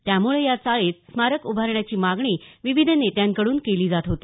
त्यामुळं या चाळीत स्मारक उभारण्याची मागणी विविध नेत्यांकड्रन केली जात होती